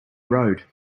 road